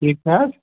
ٹھیٖک چھا حظ